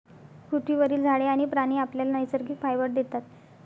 पृथ्वीवरील झाडे आणि प्राणी आपल्याला नैसर्गिक फायबर देतात